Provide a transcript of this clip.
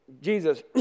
Jesus